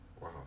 Wow